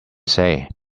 say